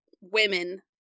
women